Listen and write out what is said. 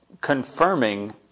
confirming